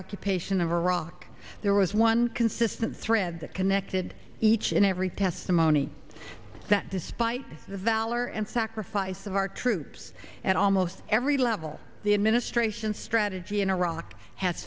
occupation of iraq there was one consistent thread that connected each and every testimony that despite the valor and sacrifice of our troops at almost every level the administration strategy in iraq ha